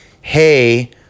hey